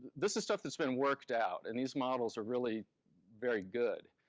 this is stuff that's been worked out, and these models are really very good.